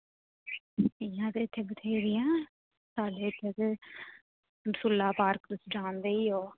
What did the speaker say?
इ'यां ते इत्थै बत्थेरियां सूला पार्क जांदे लोक